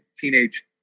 teenage